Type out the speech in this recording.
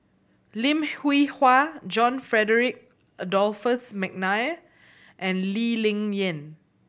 Lim Hwee Hua John Frederick Adolphus McNair and Lee Ling Yen